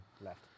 left